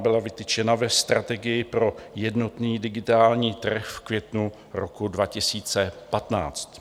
Byla vytyčena ve strategii pro jednotný digitální trh v květnu roku 2015.